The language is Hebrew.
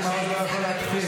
אבי מעוז לא יכול להתחיל.